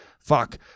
fuck